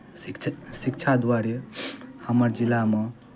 शिक्षित शिक्षा दुआरे हमर जिलामे